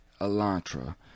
Elantra